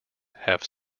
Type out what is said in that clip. have